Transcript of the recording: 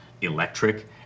electric